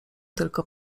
tylko